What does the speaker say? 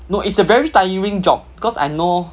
no it's a very tiring job cause I know